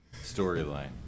storyline